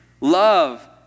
love